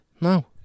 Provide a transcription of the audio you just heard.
no